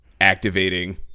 activating